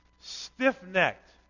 Stiff-necked